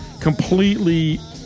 completely